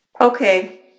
Okay